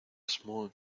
small